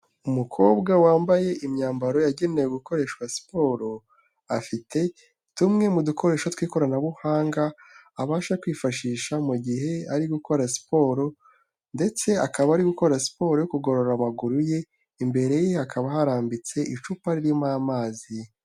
Umukobwa wambaye imyambaro yagenewe gukoreshwa siporo, afite tumwe mu dukoresho tw'ikoranabuhanga abasha kwifashisha mu gihe ari gukora siporo ndetse akaba ari gukora siporo yo kugorora amaguru ye, imbere ye hakaba harambitse icupa ririmo amazi.